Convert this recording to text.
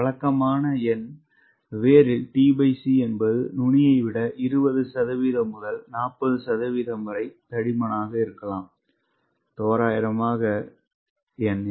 வழக்கமான எண் வேரில் tc என்பது நுனியை விட 20 சதவிகிதம் முதல் 40 சதவிகிதம் வரை தடிமனாக இருக்கலாம் தோராயமான எண்